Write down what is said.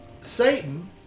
Satan